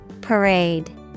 Parade